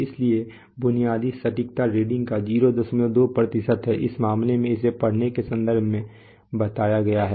इसलिए बुनियादी सटीकता रीडिंग का 02 है इस मामले में इसे पढ़ने के संदर्भ में बताया गया है